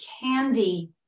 candy